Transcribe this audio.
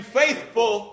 faithful